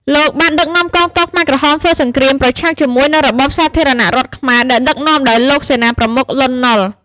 លោកបានដឹកនាំកងទ័ពខ្មែរក្រហមធ្វើសង្រ្គាមប្រឆាំងជាមួយនឹងរបបសាធារណៈរដ្ឋខ្មែរដែលដឹកនាំដោយសេនាប្រមុខ លន់ នល់។